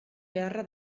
beharra